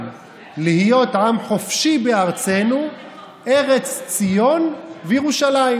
/ להיות עם חופשי בארצנו / ארץ ציון וירושלים."